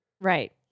Right